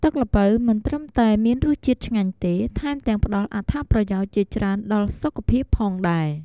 ទឹកល្ពៅមិនត្រឹមតែមានរសជាតិឆ្ងាញ់ទេ ថែមទាំងផ្តល់អត្ថប្រយោជន៍ជាច្រើនដល់សុខភាពផងដែរ។